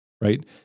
right